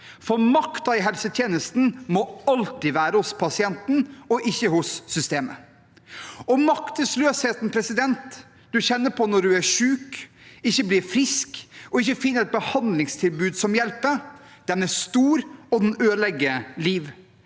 for makten i helsetjenesten må alltid være hos pasienten, ikke hos systemet. Maktesløsheten man kjenner på når man er syk, ikke blir frisk og ikke finner et behandlingstilbud som hjelper, er stor, og den ødelegger liv.